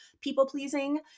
people-pleasing